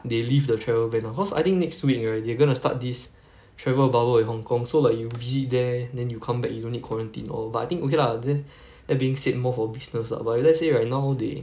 they lift the travel ban ah cause I think next week right they're gonna start this travel bubble in hong-kong so like you visit there then you come back you don't need quarantine all but I think okay lah th~that being said more for business lah but if let's say right now they